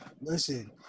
listen